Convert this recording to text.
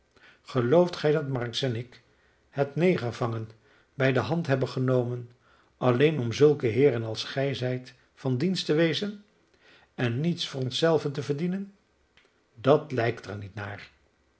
gelooft gij dat marks en ik het negervangen bij de hand hebben genomen alleen om zulke heeren als gij zijt van dienst te wezen en niets voor ons zelven te verdienen dat lijkt er niet naar